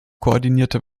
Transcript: koordinierte